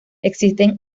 existen